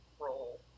roll